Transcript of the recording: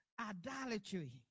idolatry